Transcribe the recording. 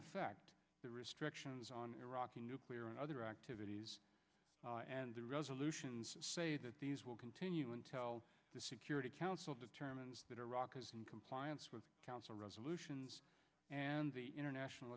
effect the restrictions on iraqi nuclear and other activities and the resolutions say that these will continue and tell the security council determines that iraq is in compliance with council resolutions and the international